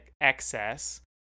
excess